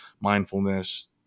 mindfulness